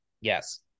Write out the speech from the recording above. yes